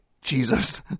Jesus